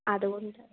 അതുകൊണ്ട്